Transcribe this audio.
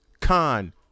con